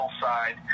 side